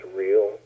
real